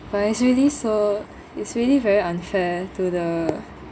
but it's really so it's really very unfair to the